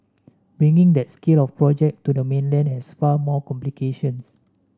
bringing that scale of project to the mainland has far more complications